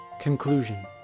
Conclusion